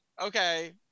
okay